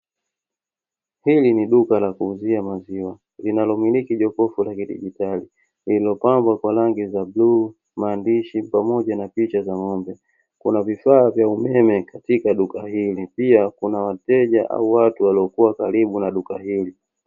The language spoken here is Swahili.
Hili ni duka la kuuzia maziwa; linalomiki jokofu la kidigitali lililopambwa kwa rangi za bluu, maandishi pamoja na picha za ng'ombe. Kuna vifaa vya umeme katika duka hili, pia kuna wateja au watu waliokuwa karibu na duka hili.